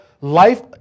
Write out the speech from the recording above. life